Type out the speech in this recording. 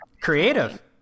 Creative